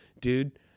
dude